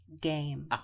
game